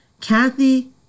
Kathy